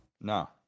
No